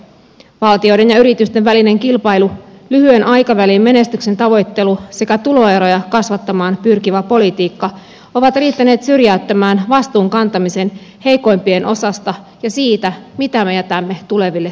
valtioiden ja yritysten välinen kilpailu lyhyen aikavälin menestyksen tavoittelu sekä tuloeroja kasvattamaan pyrkivä politiikka ovat riittäneet syrjäyttämään vastuun kantamisen heikoimpien osasta ja siitä mitä me jätämme tuleville sukupolvillemme